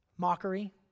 Mockery